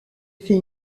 effet